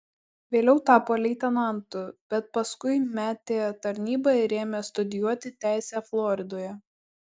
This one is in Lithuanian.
vėliau tapo leitenantu bet paskui metė tarnybą ir ėmė studijuoti teisę floridoje